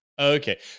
Okay